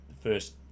first